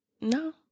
no